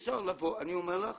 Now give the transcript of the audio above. אני אומר לך